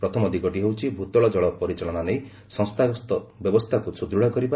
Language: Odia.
ପ୍ରଥମ ଦିଗଟି ହେଉଛି ଭୂତଳ ଜଳ ପରିଚାଳନା ନେଇ ସଂସ୍ଥାଗତ ବ୍ୟବସ୍ଥାକୁ ସୁଦୃତ୍ କରିବା